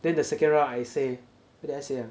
then the second round I say what did I say ah